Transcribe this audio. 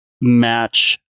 match